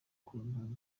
kontaro